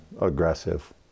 aggressive